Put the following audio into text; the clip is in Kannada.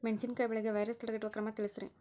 ಮೆಣಸಿನಕಾಯಿ ಬೆಳೆಗೆ ವೈರಸ್ ತಡೆಗಟ್ಟುವ ಕ್ರಮ ತಿಳಸ್ರಿ